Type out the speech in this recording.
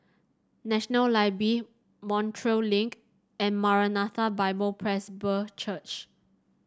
National Library Montreal Link and Maranatha Bible Presby Church